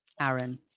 Aaron